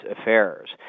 affairs